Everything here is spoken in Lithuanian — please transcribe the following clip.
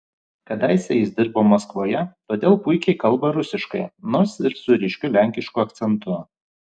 kadaise jis dirbo maskvoje todėl puikiai kalba rusiškai nors ir su ryškiu lenkišku akcentu